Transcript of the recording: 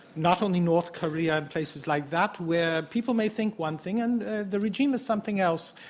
not only north korea and places like that, where people may think one thing and the regime is something else.